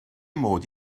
mod